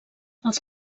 els